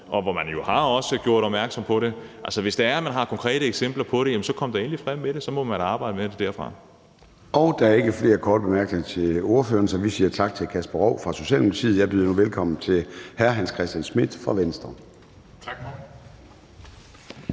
og hvor man jo også har gjort opmærksom på det. Hvis det er, at man har konkrete eksempler på det, så kom da endelig frem med det. Så må man arbejde med det derfra. Kl. 16:12 Formanden (Søren Gade): Der er ikke flere korte bemærkninger til ordføreren, så vi siger tak til hr. Kasper Roug fra Socialdemokratiet. Jeg byder nu velkommen til hr. Hans Christian Schmidt fra Venstre. Kl.